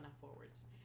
forwards